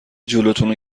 جلوتونو